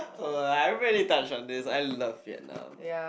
uh I've already touched on this I love Vietnam